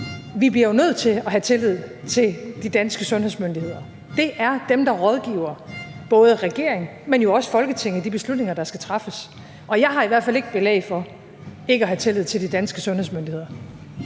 Vi bliver jo nødt til at have tillid til de danske sundhedsmyndigheder. Det er dem, der rådgiver både regeringen, men jo også Folketinget, i de beslutninger, der skal træffes. Og jeg har i hvert fald ikke belæg for ikke have tillid til de danske sundhedsmyndigheder.